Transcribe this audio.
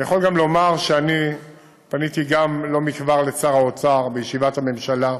אני יכול גם לומר שאני פניתי לא מכבר לשר האוצר בישיבת הממשלה,